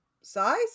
size